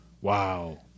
Wow